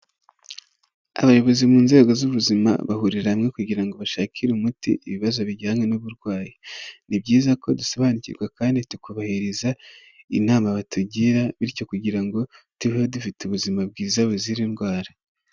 Abayobozi mu nzego z'ubuzima, bahurira hamwe kugira ngo bashakire umuti ibibazo bijyanye n'uburwayi. Ni byiza ko dusobanukirwa kandi tukubahiriza inama batugira, bityo kugira ngo tubeho dufite ubuzima bwiza buzira indwara.